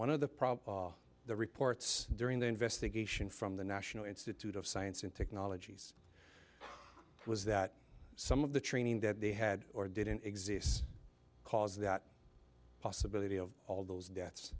one of the probably the reports during the investigation from the national institute of science and technologies was that some of the training that they had or didn't exists cause that possibility of all those deaths